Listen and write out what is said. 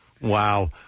Wow